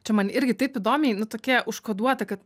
čia man irgi taip įdomiai nu tokia užkoduota kad